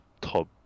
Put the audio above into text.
top